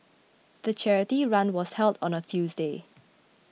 the charity run was held on a Tuesday